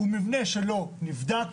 הוא מבנה שלא נבדק.